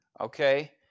Okay